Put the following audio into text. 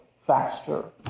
faster